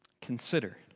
Consider